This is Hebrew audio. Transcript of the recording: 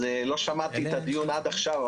אז אני לא שמעתי את הדיון עד עכשיו.